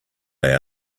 they